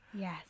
Yes